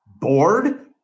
bored